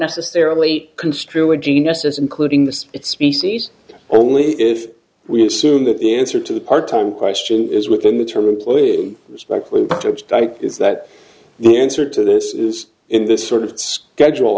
necessarily construe a genius as including this it's species only if we assume that the answer to the part time question is within the term employee respectfully but updike is that the answer to this is in this sort of schedule